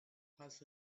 has